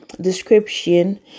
description